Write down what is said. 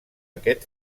aquest